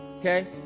Okay